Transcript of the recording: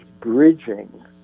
bridging